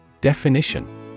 Definition